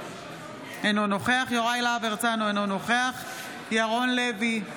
אינו נוכח יוראי להב הרצנו, אינו נוכח ירון לוי,